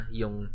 yung